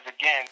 again